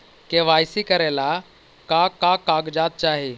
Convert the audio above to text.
KYC करे ला का का कागजात चाही?